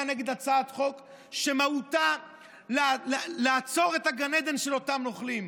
נגד הצעת חוק שמהותה לעצור את גן העדן של אותם נוכלים?